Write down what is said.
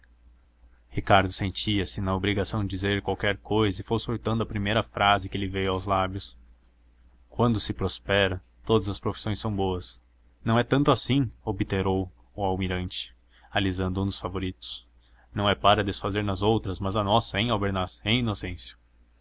o major esses ricardo sentia-se na obrigação de dizer qualquer cousa e foi soltando a primeira frase que lhe veio aos lábios quando se prospera todas as profissões são boas não é assim tanto obtemperou o almirante alisando um dos favoritos não é para desfazer das outras mas a nossa